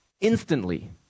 instantly